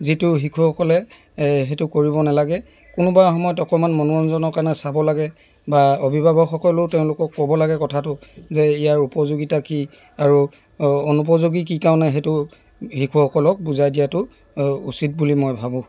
যিটো শিশুসকলে এই সেইটো কৰিব নালাগে কোনোবা সময়ত অকণমান মনোৰঞ্জনৰ কাৰণে চাব লাগে বা অভিভাৱকসকলো তেওঁলোকক ক'ব লাগে কথাটো যে ইয়াৰ উপযোগীতা কি আৰু অনুপযোগী কি কাৰণে সেইটো শিশুসকলক বুজাই দিয়াতো উচিত বুলি মই ভাবোঁ